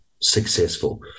successful